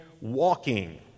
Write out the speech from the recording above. walking